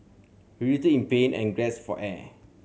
he writhed in pain and gasped for air